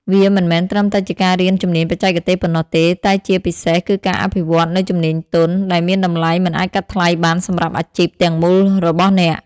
វាមិនមែនត្រឹមតែជាការរៀនជំនាញបច្ចេកទេសប៉ុណ្ណោះទេ តែជាពិសេសគឺការអភិវឌ្ឍនូវ ជំនាញទន់ ដែលមានតម្លៃមិនអាចកាត់ថ្លៃបានសម្រាប់អាជីពទាំងមូលរបស់អ្នក។